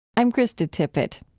i'm krista tippett.